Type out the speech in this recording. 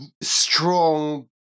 strong